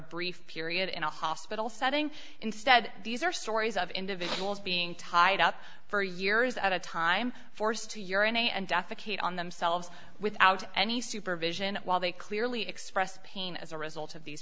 brief period in a hospital setting instead these are stories of individuals being tied up for years at a time forced to urinate and defecate on themselves without any supervision while they clearly expressed pain as a result of these